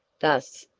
thus,